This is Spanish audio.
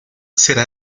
será